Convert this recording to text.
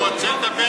הוא רוצה לדבר